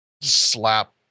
slap